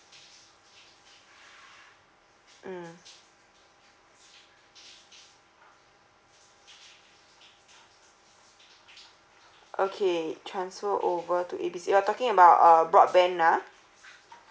mm okay transfer over to A B C you're talking about err broadband ah